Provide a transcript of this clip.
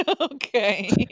okay